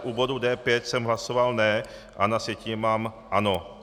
U bodu D5 jsem hlasoval ne, a na sjetině mám ano.